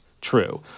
true